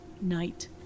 Night